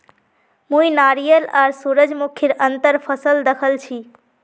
मुई नारियल आर सूरजमुखीर अंतर फसल दखल छी